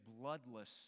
bloodless